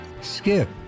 skip